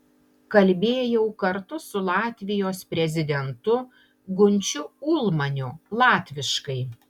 kalbėjau kartu su latvijos prezidentu gunčiu ulmaniu latviškai